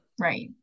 Right